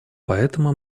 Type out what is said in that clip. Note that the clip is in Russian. поэтому